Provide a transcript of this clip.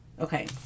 Okay